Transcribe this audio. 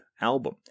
album